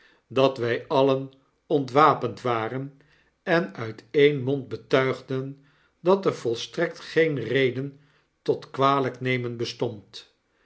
dat wy alien ontwapend waren tn uit een mond betuigden dat er volstrekt geenereden tot kwaljjknemen bestond